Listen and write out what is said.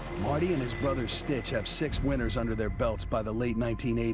marty and his brother, stitch, have six winters under their belts by the late nineteen eighty